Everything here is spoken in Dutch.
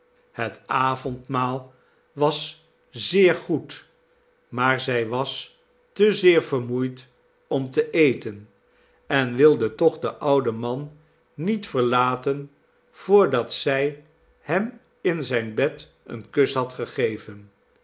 het avondmaal was zeer goed maar zij was te zeer vermoeid om te eten en wilde toch den ouden man niet ver laten voordat zij hem in zijn bed een kus had gegeven